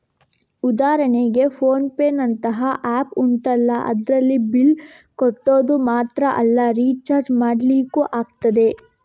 ಉದಾಹರಣೆಗೆ ಫೋನ್ ಪೇನಂತಹ ಆಪ್ ಉಂಟಲ್ಲ ಅದ್ರಲ್ಲಿ ಬಿಲ್ಲ್ ಕಟ್ಟೋದು ಮಾತ್ರ ಅಲ್ಲ ರಿಚಾರ್ಜ್ ಮಾಡ್ಲಿಕ್ಕೂ ಆಗ್ತದೆ